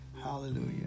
Hallelujah